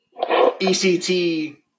ECT